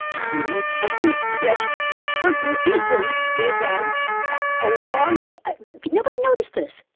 you know yeah for some reason, they have a long but nobody noticed this.